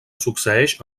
succeeix